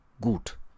gut